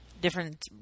different